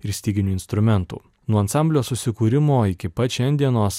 ir styginių instrumentų nuo ansamblio susikūrimo iki pat šiandienos